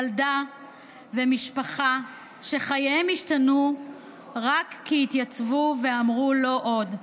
וילדה ומשפחה שחייהם השתנו רק כי התייצבו ואמרו: לא עוד.